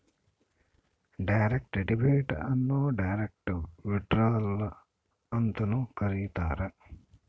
direct debit ಅನ್ನು direct withdrawal ಅಂತನೂ ಕರೀತಾರ